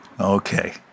Okay